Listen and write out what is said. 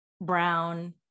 Brown